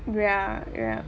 ya ya